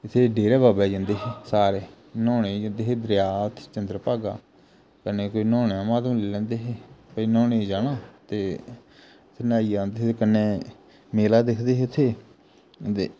इत्थै डेरे बाबे दे जंदे हे सारे न्हौने गी जंदे हे दरेआ उत्थै चंद्रभागा कन्नै कोई न्हौने दा म्हात्तम लेई लैंदे हे कोई न्हौने गी जाना ते फ्ही न्हाइयै औंदे हे ते कन्ने मेला दिक्खदे हे उत्थै ते